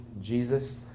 Jesus